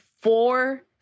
four